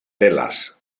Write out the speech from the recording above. telas